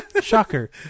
Shocker